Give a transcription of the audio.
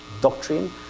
doctrine